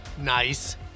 Nice